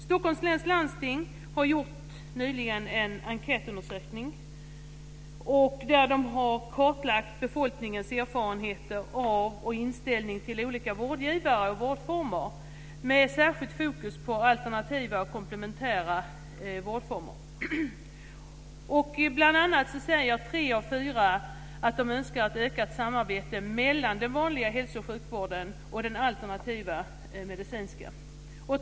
Stockholms läns landsting har nyligen gjort en enkätundersökning där man kartlagt befolkningens erfarenheter av och inställning till olika vårdgivare och vårdformer, med särskild fokus på alternativa och komplementära vårdformer. Tre av fyra säger att de önskar ett ökat samarbete mellan den vanliga hälsooch sjukvården och den alternativmedicinska.